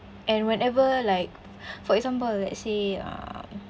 and whenever like for example let's say ah